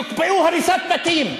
יוקפאו הריסות בתים.